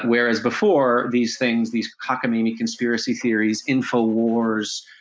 whereas before, these things, these cockamamie conspiracy theories, infowars,